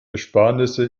ersparnisse